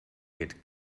geht